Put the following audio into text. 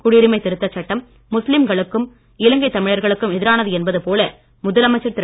குடியுரிமை திருத்த சட்டம் முஸ்லீம்களுக்கும் இலங்கை தமிழர்களுக்கும் எதிரானது என்பது போல முதலமைச்சர் திரு